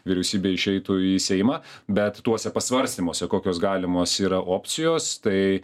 vyriausybė išeitų į seimą bet tuose pasvarstymuose kokios galimos yra opcijos tai